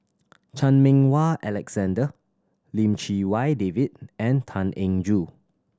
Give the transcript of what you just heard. Chan Meng Wah Alexander Lim Chee Wai David and Tan Eng Joo